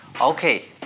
Okay